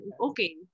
okay